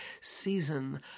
season